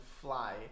fly